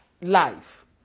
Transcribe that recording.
life